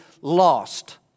lost